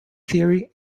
theory